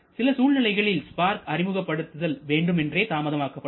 சில சூழ்நிலைகளில் ஸ்பார்க் அறிமுகப்படுத்துதல் வேண்டுமென்றே தாமதம் ஆக்கப்படும்